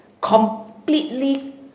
Completely